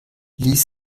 ließ